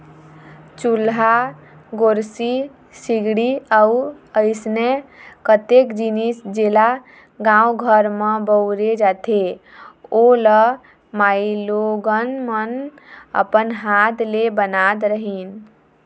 चूल्हा, गोरसी, सिगड़ी अउ अइसने कतेक जिनिस जेला गाँव घर म बउरे जाथे ओ ल माईलोगन मन अपन हात ले बनात रहिन